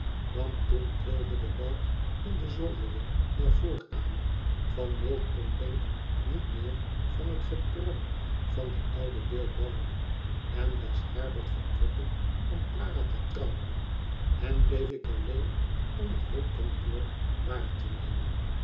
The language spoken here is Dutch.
want toen trilde de balk in de zoldering der voorkamer van millpondbank niet meer van het gebrom van den ouden bill barley en was herbert vertrokken om clara te trouwen en bleef ik alleen om het hulpkantoor waartenemen tot